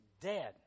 dead